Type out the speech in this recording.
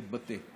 להתבטא.